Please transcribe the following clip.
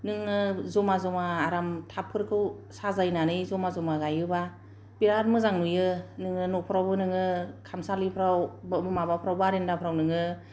नोङो जमा जमा आराम टापफोरखौ साजायनानै जमा जमा गायोब्ला बिराद मोजां नुयो नोङो न'खरावबो नोङो खामसालिफ्राव माबाफ्राव बारान्दाफ्राव नोङो